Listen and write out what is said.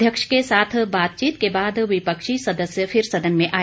अध्यक्ष के साथ बातचीत के बाद विपक्षी सदस्य फिर सदन में आए